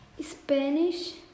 Spanish